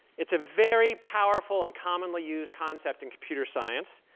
it's a very powerful and commonly used concept in computer science,